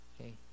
okay